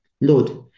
Lord